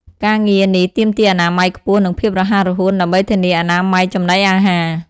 ការងារ នេះទាមទារអនាម័យខ្ពស់ និងភាពរហ័សរហួនដើម្បីធានាអនាម័យចំណីអាហារ។